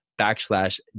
backslash